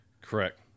Correct